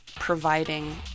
providing